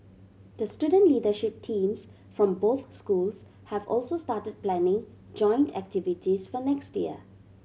the student leadership teams from both schools have also started planning joint activities for next year